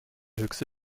höchste